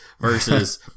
versus